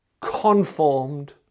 conformed